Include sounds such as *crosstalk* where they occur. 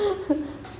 *laughs*